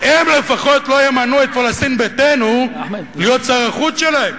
הם לפחות לא ימנו את "פלסטין ביתנו" להיות שר החוץ שלהם,